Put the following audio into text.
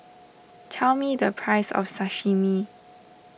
tell me the price of Sashimi